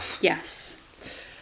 Yes